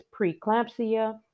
preeclampsia